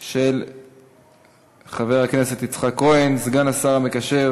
בעד, 4, אין מתנגדים,